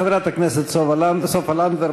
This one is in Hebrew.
חברת הכנסת סופה לנדבר,